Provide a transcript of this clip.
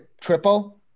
triple